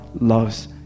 loves